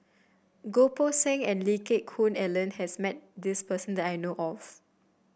Goh Poh Seng and Lee Geck Koon Ellen has met this person that I know of